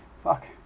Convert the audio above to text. fuck